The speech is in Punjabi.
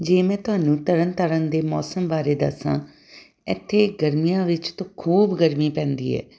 ਜੇ ਮੈਂ ਤੁਹਾਨੂੰ ਤਰਨ ਤਾਰਨ ਦੇ ਮੌਸਮ ਬਾਰੇ ਦੱਸਾਂ ਇੱਥੇ ਗਰਮੀਆਂ ਵਿੱਚ ਤੋਂ ਖੂਬ ਗਰਮੀ ਪੈਂਦੀ ਹੈ